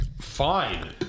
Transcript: Fine